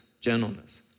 gentleness